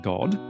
God